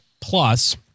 plus